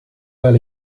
ajal